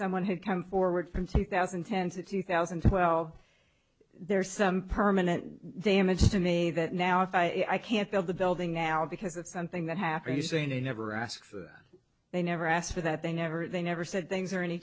someone had come forward from two thousand and ten to two thousand and twelve there's some permanent damage to me that now if i can't sell the building now because of something that happened you saying they never asked they never asked for that they never they never said things are any